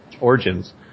Origins